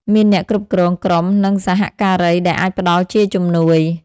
មានអ្នកគ្រប់គ្រងក្រុមនិងសហការីដែលអាចផ្ដល់ជាជំនួយ។